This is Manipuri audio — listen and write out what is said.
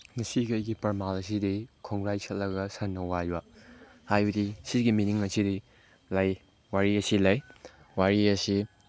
ꯉꯁꯤꯒꯤ ꯑꯩꯒꯤ ꯄ꯭ꯔꯃꯥꯟ ꯑꯁꯤꯗꯤ ꯈꯣꯡꯒ꯭ꯔꯥꯏ ꯁꯠꯂꯒ ꯁꯟꯅ ꯋꯥꯏꯕ ꯍꯥꯏꯕꯗꯤ ꯁꯤꯒꯤ ꯃꯤꯅꯤꯡ ꯑꯁꯤꯗꯤ ꯂꯩ ꯋꯥꯔꯤ ꯑꯁꯤ ꯂꯩ ꯋꯥꯔꯤ ꯑꯁꯤ